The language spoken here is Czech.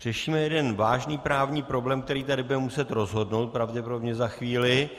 Řešíme jeden vážný právní problém, který tady budeme muset rozhodnout pravděpodobně za chvíli.